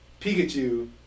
Pikachu